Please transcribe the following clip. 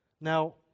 Now